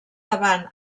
davant